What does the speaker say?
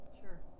Sure